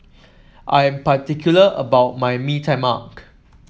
I am particular about my Mee Tai Mak